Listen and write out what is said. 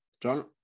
John